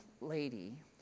lady